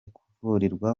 kuvurirwa